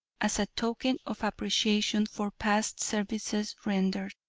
as a token of appreciation for past services rendered.